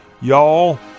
Y'all